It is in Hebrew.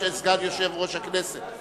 סגן יושב-ראש הכנסת?